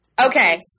Okay